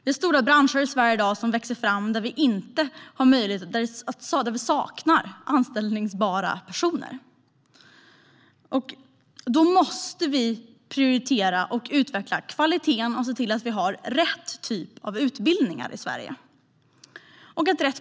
Det är stora branscher som växer fram i Sverige i dag där vi saknar anställbara personer. Då måste vi prioritera och utveckla kvaliteten och se till att vi har rätt typ av utbildningar i Sverige.